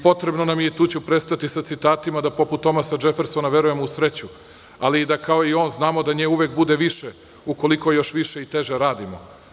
Potrebno nam je, i tu ću prestati sa citatima, da poput Tomasa DŽefersona verujemo u sreću, ali i da kao i on znamo da nje uvek bude više ukoliko još više i teže radimo.